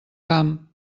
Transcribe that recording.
camp